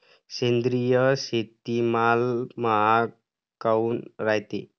सेंद्रिय शेतीमाल महाग काऊन रायते?